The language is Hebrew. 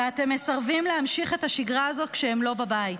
ואתם מסרבים להמשיך את השגרה הזו כשהם לא בבית".